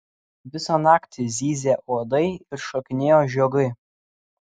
visą naktį zyzė uodai ir šokinėjo žiogai